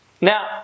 now